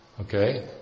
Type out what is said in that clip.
Okay